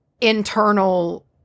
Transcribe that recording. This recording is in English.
internal